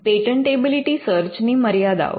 patentability search ની મર્યાદાઓ